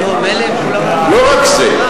לא רק זה,